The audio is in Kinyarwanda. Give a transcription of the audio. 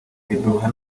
biduha